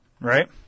Right